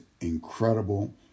incredible